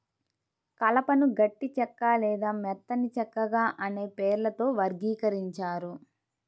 కలపను గట్టి చెక్క లేదా మెత్తని చెక్కగా అనే పేర్లతో వర్గీకరించారు